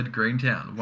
Greentown